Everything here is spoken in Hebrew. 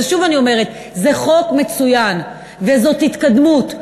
שוב אני אומרת: זה חוק מצוין, וזאת התקדמות.